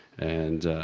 and,